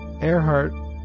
Earhart